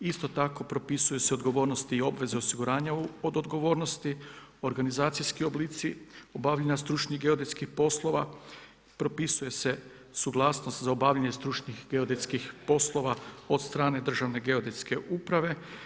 Isto tako propisuju se odgovornosti i obveze osiguranja od odgovornosti, organizacijski oblici obavljanja stručnih geodetskih poslova, propisuje se suglasnost za obavljanje stručnih geodetskih poslova od strane Državne geodetske uprave.